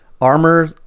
armor